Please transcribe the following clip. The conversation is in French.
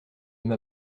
m’a